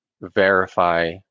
verify